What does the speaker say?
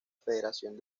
federación